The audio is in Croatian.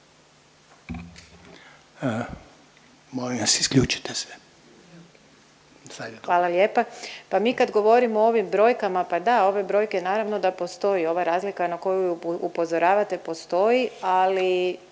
Lugarić, Tereza** Hvala lijepa. Pa mi kad govorimo o ovim brojkama, pa da ove brojke naravno da postoji ova razlika na koju upozoravate postoji, ali